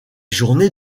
journées